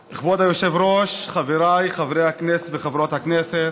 היושב-ראש, חבריי חברי הכנסת וחברות הכנסת,